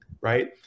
right